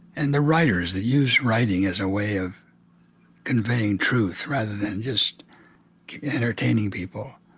and the writers that use writing as a way of conveying truth rather than just entertaining people.